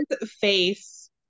face